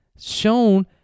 shown